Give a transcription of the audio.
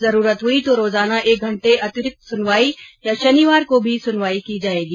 जरूरत हुई तो रोजाना एक घंटा अतिरिक्त सुनवाई या शनिवार को भी सुनवाई की जाएगी